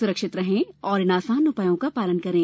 सुरक्षित रहें और इन आसान उपायों का पालन करें